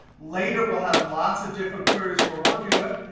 later, we'll have lots of different queries we're working with.